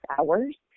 hours